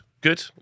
Good